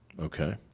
Okay